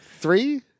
Three